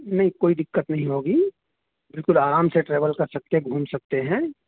نہیں کوئی دقت نہیں ہوگی بالکل آرام سے ٹریول کر سکتے گھوم سکتے ہیں